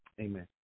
Amen